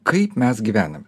kaip mes gyvename